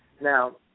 Now